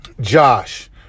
Josh